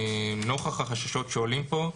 נוכח החששות שעולים פה,